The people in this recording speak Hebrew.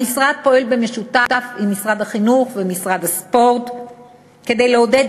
המשרד פועל במשותף עם משרד החינוך ומשרד הספורט כדי לעודד